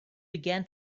began